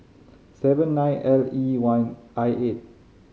seven nine L E one I eight